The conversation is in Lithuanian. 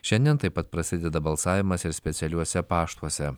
šiandien taip pat prasideda balsavimas specialiuose paštuose